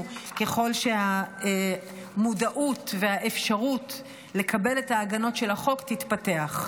ככל שהמודעות והאפשרות לקבל את ההגנות של החוק יתפתחו.